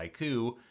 haiku